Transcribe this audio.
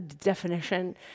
definition